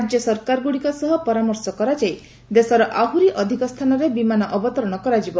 ରାଜ୍ୟସରକାରଗୁଡ଼ିକ ସହ ପରାମର୍ଶ କରାଯାଇ ଦେଶର ଆହୁରି ଅଧିକ ସ୍ଥାନରେ ବିମାନ ଅବତରଣ କରାଯିବ